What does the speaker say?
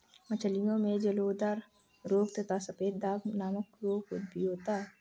मछलियों में जलोदर रोग तथा सफेद दाग नामक रोग भी होता है